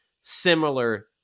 similar